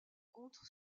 contre